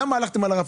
למה הלכתם על הרף